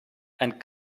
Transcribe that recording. and